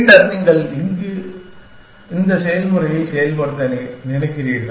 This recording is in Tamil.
பின்னர் நீங்கள் இந்த செயல்முறையை மீண்டும் செய்கிறீர்கள்